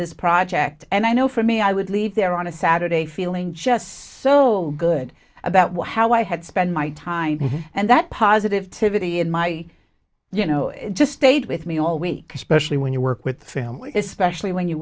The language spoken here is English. this project and i know for me i would leave there on a saturday feeling just so good about what how i had spent my time and that positive to vittie in my you know it just stayed with me all week especially when you work with family especially when you